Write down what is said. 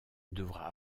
devra